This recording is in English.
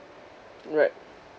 right